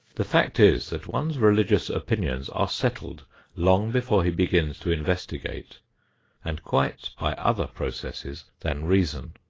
the fact is, that one's religious opinions are settled long before he begins to investigate and quite by other processes than reason.